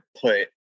put